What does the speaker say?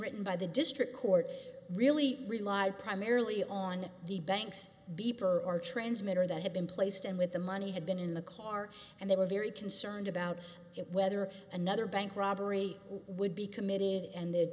written by the district court really rely primarily on the banks beeper or transmitter that had been placed and with the money had been in the car and they were very concerned about whether another bank robbery would be committed and